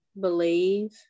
believe